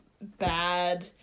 bad